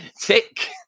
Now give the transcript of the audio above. tick